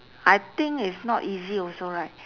I think it's not easy also right